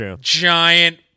giant